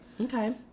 Okay